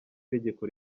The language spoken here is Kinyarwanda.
tegeko